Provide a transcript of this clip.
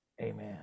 amen